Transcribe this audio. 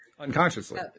Unconsciously